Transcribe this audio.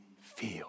feel